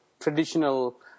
traditional